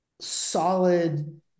solid